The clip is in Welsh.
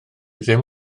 ddim